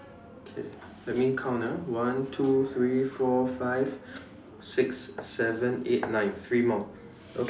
okay let me count ah one two three four five six seven eight nine three more okay